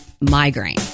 migraine